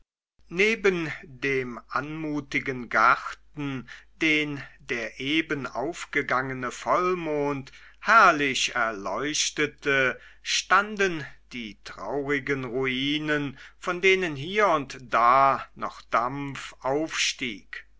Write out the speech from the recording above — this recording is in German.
neben dem anmutigen garten den der eben aufgegangene vollmond herrlich erleuchtete standen die traurigen ruinen von denen hier und da noch dampf aufstieg